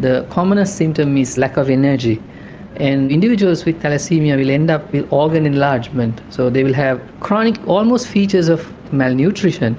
the commonest symptom is lack of energy and individuals with thalassaemia will end up with organ enlargement so they will have chronic almost features of malnutrition